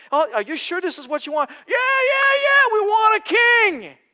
are you sure this is what you want yeah, yeah, yeah, we want a king